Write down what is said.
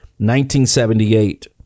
1978